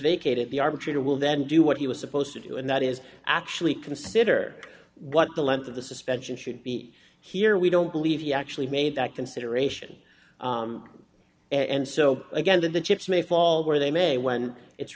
vacated the arbitrator will then do what he was supposed to do and that is actually consider what the length of the suspension should be here we don't believe he actually made that consideration and so again that the chips may fall where they may when it's